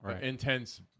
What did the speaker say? Intense